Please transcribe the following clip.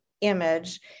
image